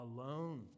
alone